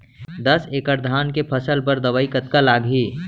दस एकड़ धान के फसल बर दवई कतका लागही?